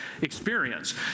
experience